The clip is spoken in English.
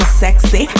sexy